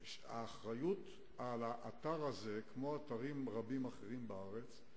האחריות על האתר, כמו על אתרים רבים אחרים בארץ,